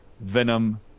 venom